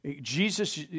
Jesus